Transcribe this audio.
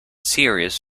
series